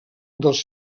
dels